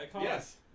Yes